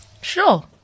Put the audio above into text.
sure